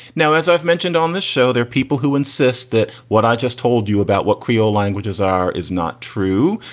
now as i've mentioned mentioned on this show there, people who insist that what i just told you about what creole languages are is not true.